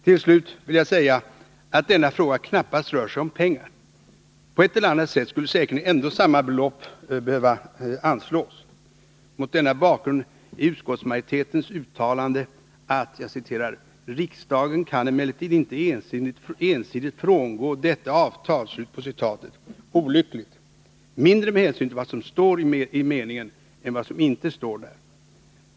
Till slut vill jag säga att denna fråga knappast rör sig om pengar. På ett eller annat sätt skulle säkerligen ändå samma belopp behöva anslås. Mot denna bakgrund är utskottsmajoritetens uttalande att ”Riksdagen kan emellertid inte ensidigt frångå detta avtal” olyckligt, mindre med hänsyn till vad som står i meningen än vad som inte står där.